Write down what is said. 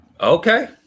okay